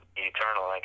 eternal